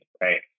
right